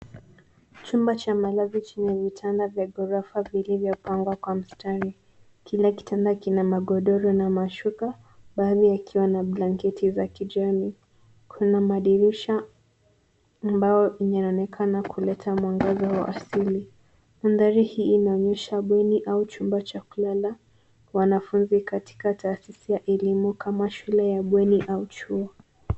Chumba cha malazi chenye vitanda vya gorofa vilivyopangwa kwa mstari, kila kitanda kina magodoro na mashuka baadhi yakiwa na blanketi za kijani. Kuna madirisha ambayo yanaonekana kuleta mwangaza wa asili. Mandhari hii inaonyesha bweni au chumba cha kulala wanafunzi katika taasisi ya elimu kama shule ya bweni au chuo.